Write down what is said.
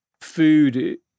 food